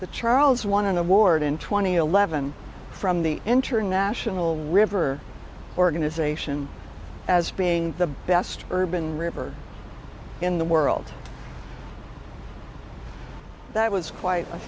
the charles won an award in twenty eleven from the international river organization as being the best urban river in the world that was quite a